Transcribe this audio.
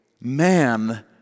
man